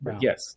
Yes